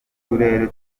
turere